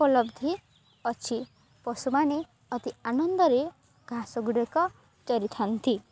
ଉପଲବ୍ଧି ଅଛି ପଶୁମାନେ ଅତି ଆନନ୍ଦରେ ଘାସ ଗୁଡ଼ିକ ଚରିଥାନ୍ତି